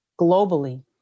globally